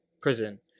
prison